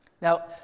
Now